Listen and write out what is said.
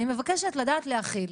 אני מבקשת לדעת להכיל.